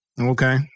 Okay